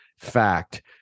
fact